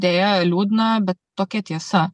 deja liūdna bet tokia tiesa